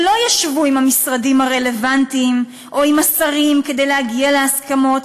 שלא ישבו עם המשרדים הרלוונטיים או עם השרים כדי להגיע להסכמות,